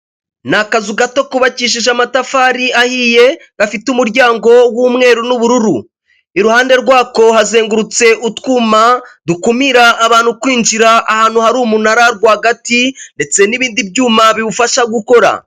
Ni akazu gato kubabakishije amatafari ahiye, gafite umuryango w'umweru n'ubururu. Iruhande rwako hazengurutse utwuma dukumira abantu kwinjira ahantu hari umunara rwagati, ndetse n'ibindi byuma biwufasha gukora.